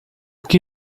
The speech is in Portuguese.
que